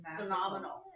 phenomenal